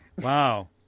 Wow